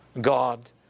God